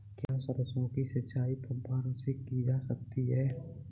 क्या सरसों की सिंचाई फुब्बारों से की जा सकती है?